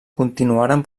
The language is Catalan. continuaren